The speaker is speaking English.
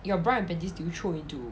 your bras and panties do you throw into